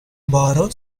borrow